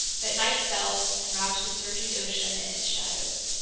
but night fell and wrapped the surging ocean in its shadows.